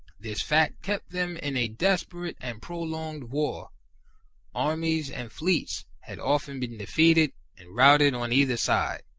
this fact kept them in a desperate and prolonged war armies and fleets had often been defeated and routed on either side,